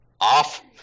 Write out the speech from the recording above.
off